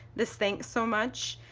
this thanks so much,